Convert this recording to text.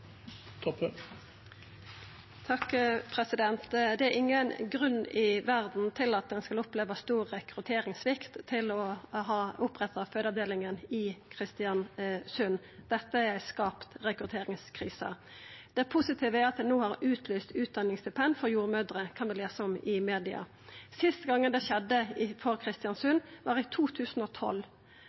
Det er ingen grunn i verda til at ein skal oppleva for stor rekrutteringssvikt til å kunna oppretthalda fødeavdelinga i Kristiansund. Dette er ei skapt rekrutteringskrise. Det positive er at det no er utlyst utdanningsstipend for jordmødrer. Det kan vi lesa om i media. Sist gong det skjedde for Kristiansund, var i 2012.